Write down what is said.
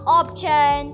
option